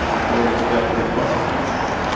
authorities failed to get buses to people,